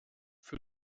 für